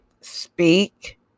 speak